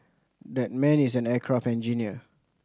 that man is an aircraft engineer